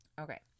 Okay